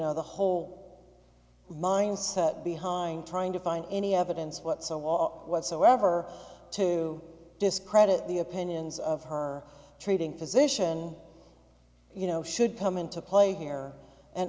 know the whole mindset behind trying to find any evidence what so all whatsoever to discredit the opinions of her treating physician you know should come into play here and